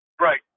Right